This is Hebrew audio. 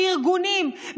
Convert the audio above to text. ארגונים,